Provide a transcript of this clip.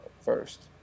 First